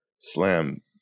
Slam